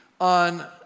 on